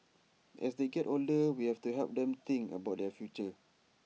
as they get older we have to help them think about their future